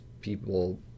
people